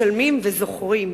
משלמים וזוכרים.